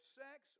sex